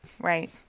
Right